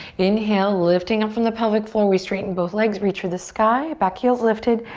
inhale, lifting up from the pelvic floor, we straighten both legs. reach for the sky. back heel's lifted.